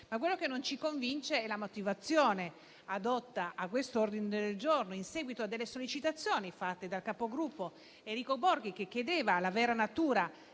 Quello che non ci convince però è la motivazione addotta a quest'ordine del giorno in seguito alle sollecitazioni fatte dal capogruppo Enrico Borghi, che ne chiedeva la vera natura.